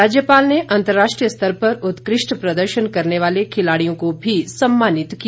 राज्यपाल ने अर्न्तराष्ट्रीय स्तर पर उत्कृष्ठ प्रदर्शन करने वाले खिलाड़ियों को भी सम्मानित किया